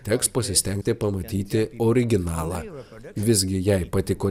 teks pasistengti pamatyti originalą visgi jei patiko